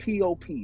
POP